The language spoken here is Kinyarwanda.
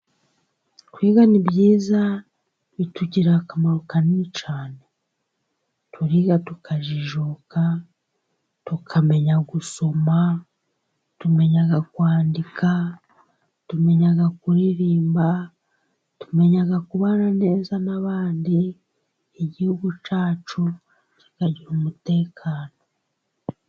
Kwiga ni byiza bitugirira akamaro kanini cyane; turiga, tukajijuka, tukamenya gusoma, tumenyaga kwandika, tumenyaga kuririmba, tumenyaga kubana neza n'abandi. Igihugu cyacu kikagira umutekano.